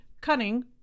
cunning